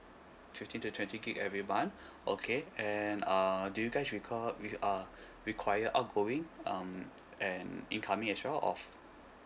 fifteen to twenty gigabyte every month okay and uh do you guys recall with uh require outgoing um and incoming as well of